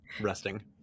Resting